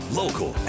local